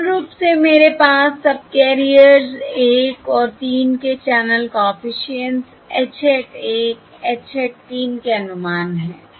तो मूल रूप से मेरे पास सबकेरियर्स 1 और 3 के channel coefficients H hat 1 H hat 3 के अनुमान हैं